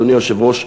אדוני היושב-ראש,